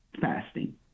fasting